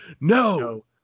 no